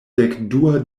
dekdua